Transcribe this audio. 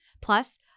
Plus